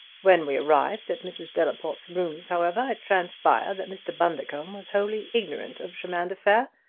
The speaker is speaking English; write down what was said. when we arrived at mrs. delaporte's rooms, however, transpired that mr. bundercombe was wholly ignorant of chemin de fer,